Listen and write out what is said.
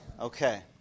Okay